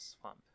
swamp